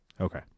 Okay